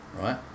right